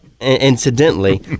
Incidentally